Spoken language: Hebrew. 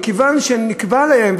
מכיוון שנקבע להם,